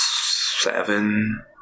seven